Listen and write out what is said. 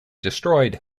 destroyed